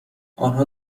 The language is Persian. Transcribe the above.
آنها